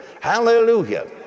Hallelujah